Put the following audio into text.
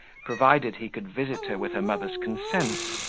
provided he could visit her with her mother's consent,